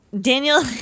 Daniel